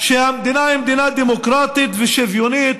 שהמדינה היא מדינה דמוקרטית ושוויונית,